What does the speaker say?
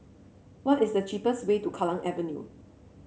what is the cheapest way to Kallang Avenue